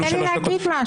תן לי להגיד משהו.